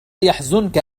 يحزنك